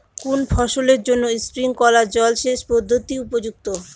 কোন ফসলের জন্য স্প্রিংকলার জলসেচ পদ্ধতি উপযুক্ত?